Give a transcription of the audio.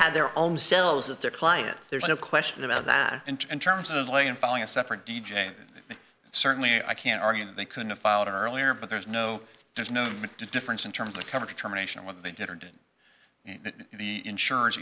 had their own selves that their client there's no question about that and in terms of lay and filing a separate d j certainly i can't argue that they could've filed earlier but there's no there's no difference in terms of cover terminations what they did or didn't the insurance